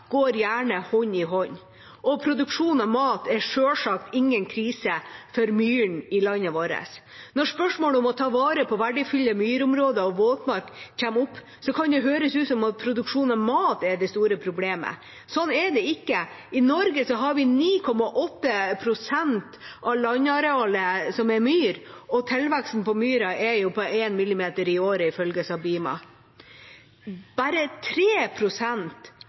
går gjerne hånd i hånd. Produksjon av mat er sjølsagt ingen krise for myrene i landet vårt. Når spørsmålet om å ta vare på verdifulle myrområder og våtmark kommer opp, kan det høres ut som om produksjon av mat er det store problemet. Sånn er det ikke. I Norge er 9,8 pst. av landarealet myr, og tilveksten på myr er på 1 mm i året, ifølge Sabima. Bare